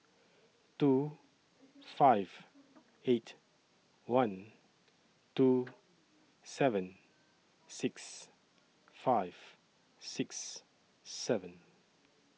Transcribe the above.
two five eight one two seven six five six seven